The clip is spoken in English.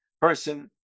person